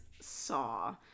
Saw